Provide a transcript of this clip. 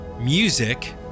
music